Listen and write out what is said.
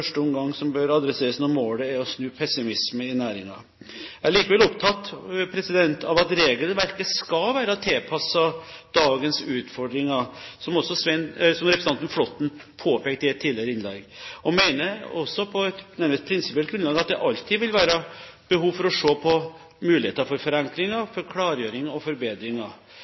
bør adresseres når målet er å snu pessimisme i næringen. Jeg er likevel opptatt av at regelverket skal være tilpasset dagens utfordringer, noe også representanten Flåtten påpekte i et tidligere innlegg, og mener også på et nærmest prinsipielt grunnlag at det alltid vil være behov for å se på muligheter for forenklinger, klargjøring og forbedringer.